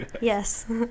Yes